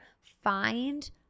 find